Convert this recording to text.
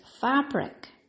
fabric